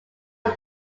win